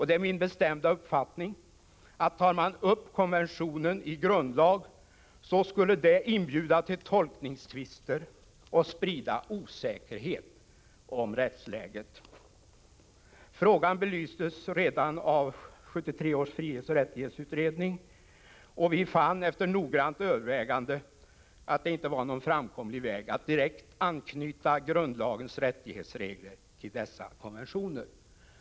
Det är min bestämda uppfattning, att tar man upp konventionen i grundlag så skulle det inbjuda till tolkningstvister och sprida osäkerhet om rättsläget. Frågan belystes redan av 1973 års frihetsoch rättighetsutredning, och vi fann efter noggrant övervägande att det inte var någon framkomlig väg att direkt anknyta grundlagens rättighetsregler till dessa konventioner.